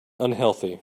unhealthy